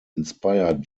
inspired